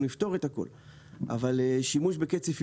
אנחנו נפתור את הכל; אבל שימוש בקצף אימונים,